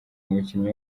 umukinnyi